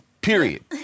period